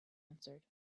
answered